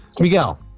Miguel